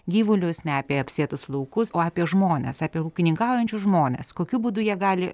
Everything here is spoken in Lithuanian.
gyvulius ne apie apsėtus laukus o apie žmones apie ūkininkaujančius žmones kokiu būdu jie gali